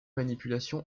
manipulation